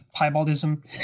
piebaldism